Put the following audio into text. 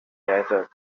desert